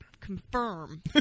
confirm